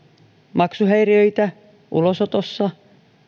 maksuhäiriöitä ulosotossa